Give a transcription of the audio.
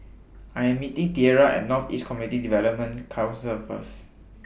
I Am meeting Tierra At North East Community Development Council First